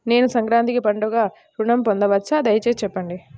నేను సంక్రాంతికి పండుగ ఋణం పొందవచ్చా? దయచేసి చెప్పండి?